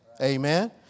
Amen